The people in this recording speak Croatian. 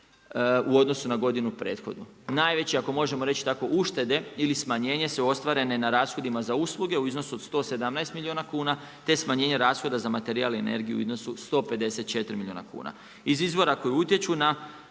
u odnosu na godinu prethodnu. Najveća ako možemo reći uštede ili smanjenje su ostvarene na rashodima za usluge u iznosu od 117 milijuna kuna te smanjenje rashoda za materijali i energiju u iznosu 154 milijuna kuna. Iz izvora koji ne utječu na